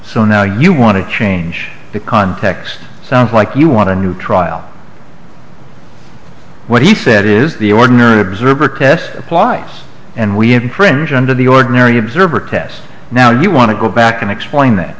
so now you want to change the context sounds like you want to new trial what he said is the ordinary observer test apply and we imprint under the ordinary observer test now you want to go back and explain that